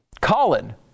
Colin